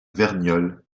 verniolle